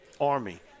Army